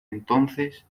entonces